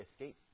escape